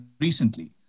recently